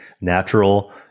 natural